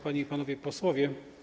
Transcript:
Panie i Panowie Posłowie!